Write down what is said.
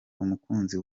umukunzi